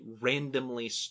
randomly